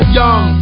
young